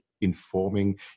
informing